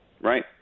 right